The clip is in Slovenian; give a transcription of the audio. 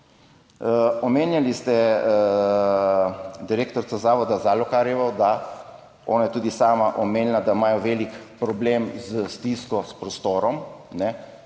Omenjali ste direktorica zavoda Zalokarjevo, da je tudi ona sama omenila, da imajo velik problem, stisko s prostorom.